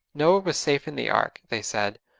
noah was safe in the ark they said,